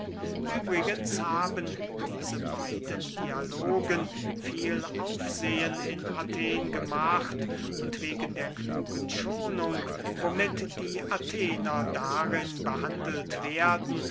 übrigens haben diese beiden dialogen viel aufsehen in athen gemacht und wegen der klugen schonung womit die athener darin behandelt werden